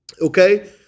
Okay